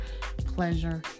pleasure